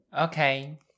Okay